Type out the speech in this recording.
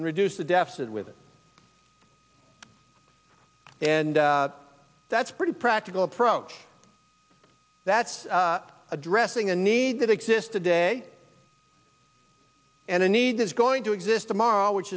reduce the deficit with it and that's pretty practical approach that's addressing a need that exist today and the need is going to exist tomorrow which